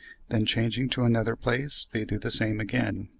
then changing to another place they do the same again.